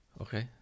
okay